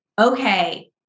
okay